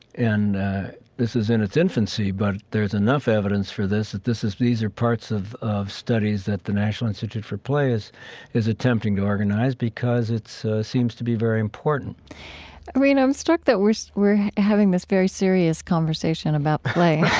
this is in its infancy, but there's enough evidence for this that this is these are parts of of studies that the national institute for play is is attempting to organize because it seems to be very important well, you know, i'm struck that we're so we're having this very serious conversation about play